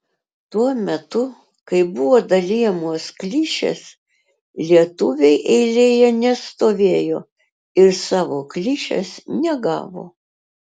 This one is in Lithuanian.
tuo metu kai buvo dalijamos klišės lietuviai eilėje nestovėjo ir savo klišės negavo